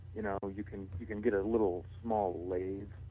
you know, you can you can get a little small lathes